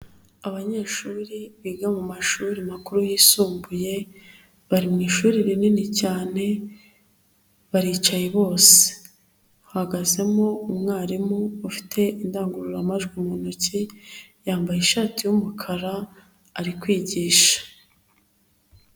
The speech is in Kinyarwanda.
Abanyeshuri biga mu mashuri makuru yisumbuye, bari mu ishuri rinini cyane, baricaye bose, hahagazemo umwarimu ufite indangururamajwi mu ntoki, yambaye ishati y'umukara ari kwigisha.